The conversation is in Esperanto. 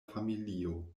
familio